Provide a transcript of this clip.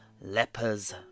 Leper's